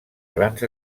grans